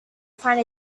find